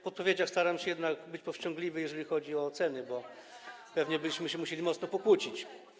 W odpowiedziach staram się jednak być powściągliwy, jeżeli chodzi o oceny, bo pewnie byśmy się musieli mocno pokłócić.